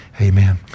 Amen